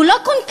הוא לא קונקרטי,